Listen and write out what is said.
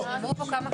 אמרו פה כמה כיוונים.